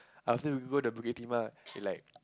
after we go the Bukit-Timah we like